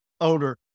owner